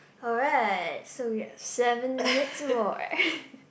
alright so we have seven minutes more